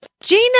Gina